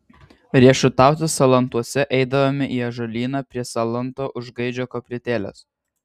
riešutauti salantuose eidavome į ąžuolyną prie salanto už gaidžio koplytėlės